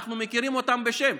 אנחנו מכירים אותם בשם.